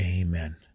Amen